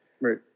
Right